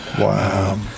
Wow